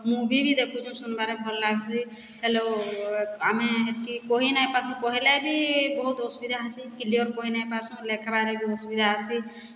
movie ବି ଦେଖୁଛୁଁ ଶୁନ୍ବାରେ ଭଲ୍ ଲାଗ୍ସି ହେଲେ ଆମେ ହେତ୍କି କହି ନାଇଁପାରୁ କହେଲେ ବି ବହୁତ୍ ଅସୁବିଧା ହେସିଁ କ୍ଲିୟର୍ କହି ନାଇଁପାର୍ସୁଁ ଲେଖ୍ବାର୍ ବି ଅସୁବିଧା ହେସି